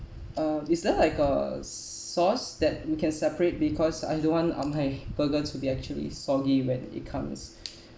uh is there like a sauce that we can separate because I don't want um my burger to be actually soggy when it comes